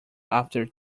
after